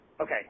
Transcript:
okay